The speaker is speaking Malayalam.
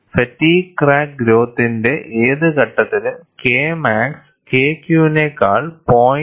ഫാറ്റിഗ് ക്രാക്ക് ഗ്രോത്തിന്റെ ഏത് ഘട്ടത്തിലും K മാക്സ് KQ നെ കാൾ 0